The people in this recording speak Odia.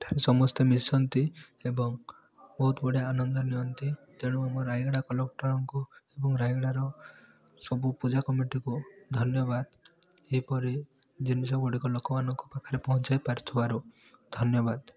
ସମସ୍ତେ ମିଶନ୍ତି ଏବଂ ବହୁତ ବଢ଼ିଆ ଆନନ୍ଦ ନିଅନ୍ତି ତେଣୁ ଆମ ରାୟଗଡ଼ା କଲେକ୍ଟରଙ୍କୁ ଏବଂ ରାୟଗଡ଼ାର ସବୁ ପୂଜା କମିଟିକୁ ଧନ୍ୟବାଦ ଏପରି ଜିନିଷ ଗୁଡ଼ିକ ଲୋକମାନଙ୍କ ପାଖରେ ପହଞ୍ଚାଇ ପାରିଥିବାରୁ ଧନ୍ୟବାଦ